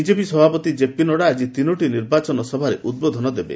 BJP ସଭାପତି JP Nadda ଆଜି ତିନୋଟି ନିର୍ବାଚନ ସଭାରେ ଉଦ୍ବୋଧନ ଦେବେ